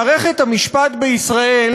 מערכת המשפט בישראל,